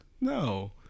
No